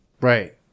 Right